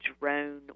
drone